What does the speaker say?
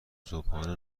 صبحانه